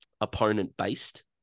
opponent-based